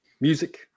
music